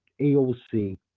AOC